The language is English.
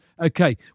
Okay